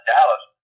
Dallas